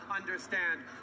understand